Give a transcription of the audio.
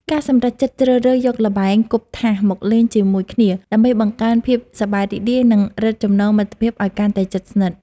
ការសម្រេចចិត្តជ្រើសរើសយកល្បែងគប់ថាសមកលេងជាមួយគ្នាដើម្បីបង្កើនភាពសប្បាយរីករាយ និងរឹតចំណងមិត្តភាពឱ្យកាន់តែជិតស្និទ្ធ។